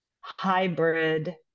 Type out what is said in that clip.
hybrid